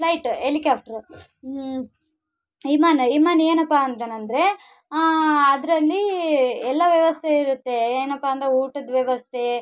flight ಎಲಿಕ್ಯಾಫ್ಟ್ರು ವಿಮಾನ ವಿಮಾನ ಏನಪ್ಪ ಅಂದಾನಂದ್ರೆ ಅದರಲ್ಲಿ ಎಲ್ಲ ವ್ಯವಸ್ಥೆ ಇರುತ್ತೆ ಏನಪ್ಪ ಅಂದರೆ ಊಟದ ವ್ಯವಸ್ಥೆ